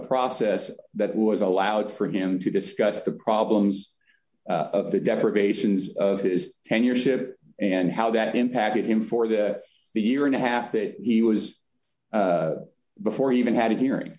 process that was allowed for him to discuss the problems of the deprivations of his tenure ship and how that impacted him for this the year and a half that he was before he even had a hearing